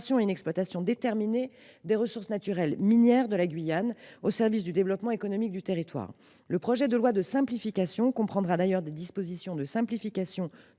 et à une exploitation déterminée des ressources naturelles minières de la Guyane, au service du développement économique du territoire. Le projet de loi de simplification de la vie économique comprendra d’ailleurs des dispositions de simplification